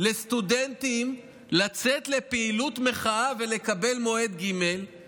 לסטודנטים לצאת לפעילות מחאה ולקבל מועד ג' מצוין.